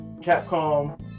Capcom